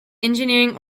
engineering